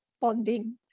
bonding